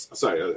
sorry